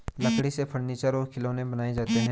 लकड़ी से फर्नीचर और खिलौनें बनाये जाते हैं